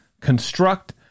construct